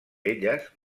elles